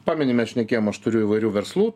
pameni mes šnekėjom aš turiu įvairių verslų